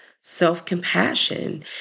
self-compassion